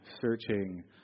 searching